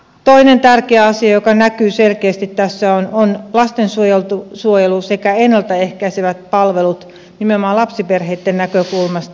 toinen tärkeä asia joka näkyy selkeästi tässä on lastensuojelu sekä ennalta ehkäisevät palvelut nimenomaan lapsiperheitten näkökulmasta